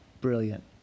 brilliant